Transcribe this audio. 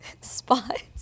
spots